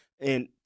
and-